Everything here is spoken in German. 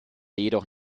jedoch